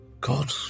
God